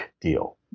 deal